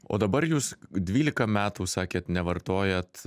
o dabar jūs dvylika metų sakėt nevartojat